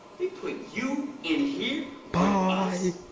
they put you in here with us.